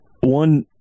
one